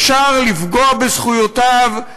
אפשר לפגוע בזכויותיו,